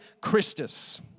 Christus